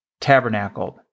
tabernacled